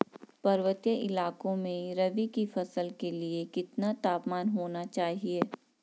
पर्वतीय इलाकों में रबी की फसल के लिए कितना तापमान होना चाहिए?